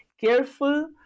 careful